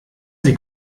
sie